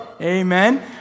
amen